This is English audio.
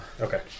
Okay